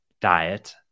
diet